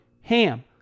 HAM